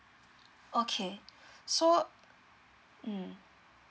okay so mm